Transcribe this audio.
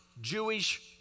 Jewish